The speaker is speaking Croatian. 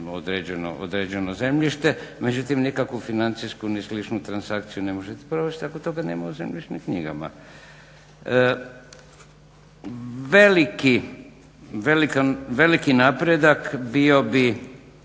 određeno zemljište, međutim nikakvu financijsku ni sličnu transakciju ne možete provest ako toga nema u zemljišnim knjigama. Veliki napredak bio bi